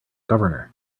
governor